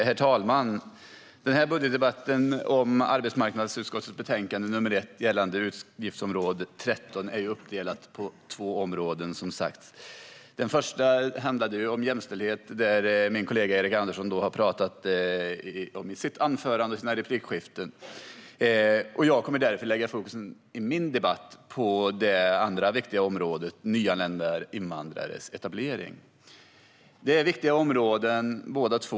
Herr talman! Denna budgetdebatt om arbetsmarknadsutskottets betänkande 1 gällande utgiftsområde 13 är, som sagt, uppdelat på två områden. Det första handlade om jämställdhet, som min kollega Erik Andersson talade om i sitt anförande och i sina repliker. Jag kommer att ha fokus på det andra viktiga området, nämligen nyanlända invandrares etablering. Båda dessa områden är viktiga.